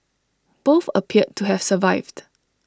both appeared to have survived